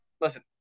listen